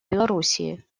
беларуси